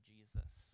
Jesus